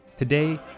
Today